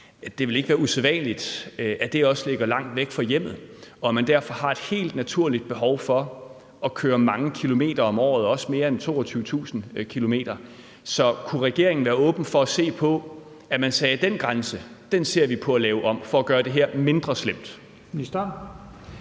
ens forældre eller andet også er langt fra hjemmet, og at man derfor vil have et helt naturligt behov for at køre mange kilometer om året, også mere end 22.000 km. Så kunne regeringen være åben for at se på at lave den grænse om for at gøre det her mindre slemt?